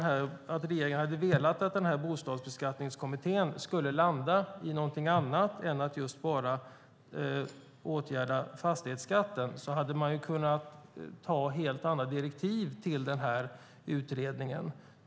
Om regeringen hade velat att Bostadsbeskattningskommittén skulle landa i någonting annat än att just bara åtgärda fastighetsskatten hade den kunnat ge helt andra direktiv till utredningen.